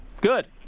Good